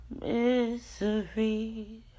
Misery